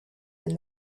and